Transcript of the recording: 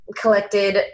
Collected